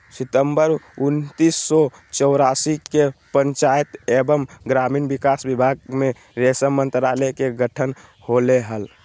सितंबर उन्नीस सो चौरासी के पंचायत एवम ग्रामीण विकास विभाग मे रेशम मंत्रालय के गठन होले हल,